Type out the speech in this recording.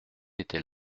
était